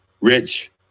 Rich